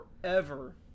forever